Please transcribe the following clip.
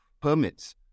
permits